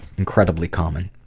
incredibly common.